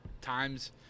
Times